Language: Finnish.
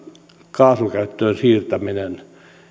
kaasukäyttöön siirtäminen